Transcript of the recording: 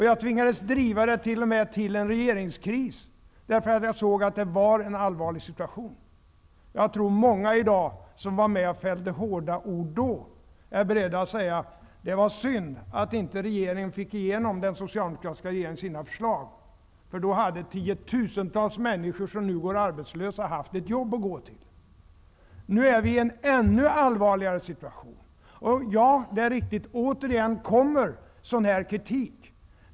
Jag tvingades t.o.m. att driva frågan till en regeringskris då jag såg hur allvarlig situationen var. Jag tror att många som då var med och fällde hårda ord i dag är beredda att säga att det var synd att den socialdemokratiska regeringen inte fick igenom sina förslag. Då hade tiotusentals människor som nu går arbetslösa haft ett jobb att gå till. Nu befinner vi oss i en ännu allvarligare situation. Det är riktigt att jag återigen framför kritik.